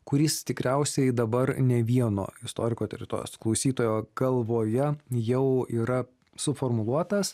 kuris tikriausiai dabar ne vieno istoriko teritojos klausytojo galvoje jau yra suformuluotas